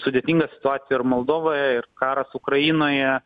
sudėtinga situacija ir moldovoje ir karas ukrainoje